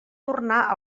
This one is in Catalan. tornar